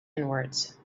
inwards